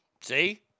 See